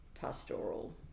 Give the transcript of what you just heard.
pastoral